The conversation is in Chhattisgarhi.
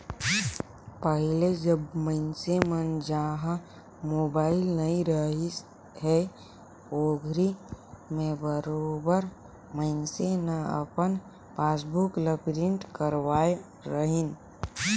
पहिले जब मइनसे मन जघा मोबाईल नइ रहिस हे ओघरी में बरोबर मइनसे न अपन पासबुक ल प्रिंट करवाय रहीन